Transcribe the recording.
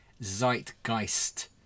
Zeitgeist